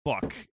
fuck